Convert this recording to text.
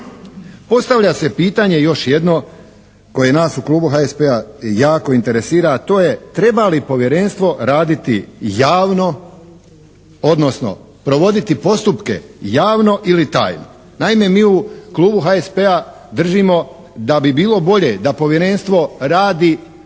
Postavlja se pitanje još jedno koje nas u klubu HSP-a jako interesira, a to je treba li Povjerenstvo raditi javno, odnosno provoditi postupke javno ili tajno? Naime, mi u klubu HSP-a držimo da bi bilo bolje da Povjerenstvo radi